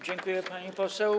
Dziękuję, pani poseł.